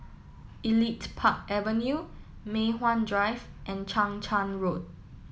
Elite Park Avenue Mei Hwan Drive and Chang Charn Road